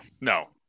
No